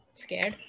scared